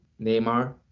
Neymar